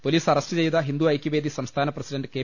police അറസ്റ്റ്ചെയ്ത ഹിന്ദുഐക്യവേദി സംസ്ഥാന പ്രസിഡന്റ് കെ